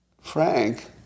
Frank